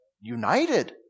united